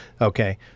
okay